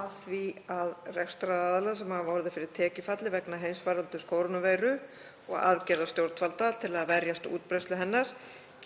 að því að rekstraraðilar sem hafa orðið fyrir tekjufalli vegna heimsfaraldurs kórónuveiru og aðgerða stjórnvalda til að verjast útbreiðslu hennar